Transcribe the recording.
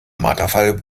marterpfahl